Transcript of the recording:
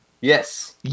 Yes